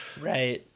right